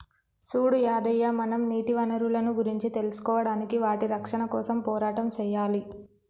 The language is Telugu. సూడు యాదయ్య మనం నీటి వనరులను గురించి తెలుసుకోడానికి వాటి రక్షణ కోసం పోరాటం సెయ్యాలి